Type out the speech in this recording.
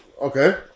Okay